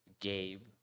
Gabe